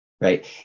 right